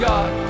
God